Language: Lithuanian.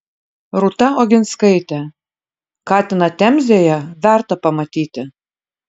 rūta oginskaitė katiną temzėje verta pamatyti